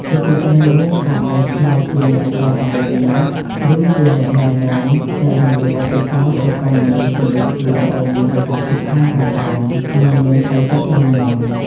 ជាពិសេសនោះ ក៏អាចក្លាយជាអ្នកផ្តល់ដំបូន្មាន ឬជាអ្នកណែនាំចែករំលែកបទពិសោធន៍ទៅកាន់មនុស្សជុំវិញខ្លួនឲ្យមានការខិតខំប្រឹងប្រែង និងមានផ្លូវចិត្តរឹងមាំ។